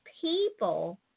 people